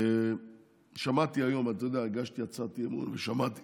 אתה יודע, הגשתי הצעת אי-אמון ושמעתי